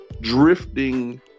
drifting